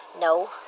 No